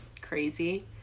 crazy